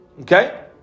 Okay